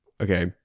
okay